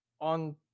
on